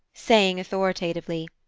saying authoritatively,